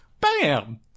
bam